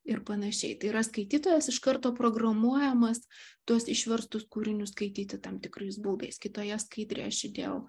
ir pan tai yra skaitytojas iš karto programuojamas tuos išverstus kūrinius skaityti tam tikrais būdais kitoje skaidrėje aš įdėjau